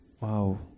Wow